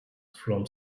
from